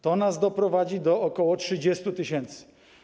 To nas doprowadzi do ok. 30 tys.